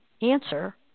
answer